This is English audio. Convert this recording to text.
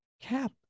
Cap